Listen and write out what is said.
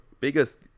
biggest